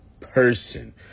person